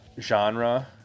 genre